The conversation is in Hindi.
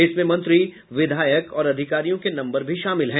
इसमें मंत्री विधायक और अधिकारियों के नम्बर भी शामिल हैं